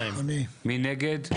2 נגד,